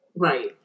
Right